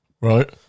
Right